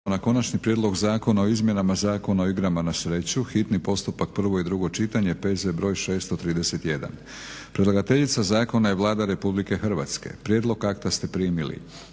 - Konačni prijedlog zakona o izmjenama Zakona o igrama na sreću, hitni postupak, prvo i drugo čitanje, P.Z. br. 631 Predlagateljica zakona je Vlada RH. Prijedlog akta ste primili.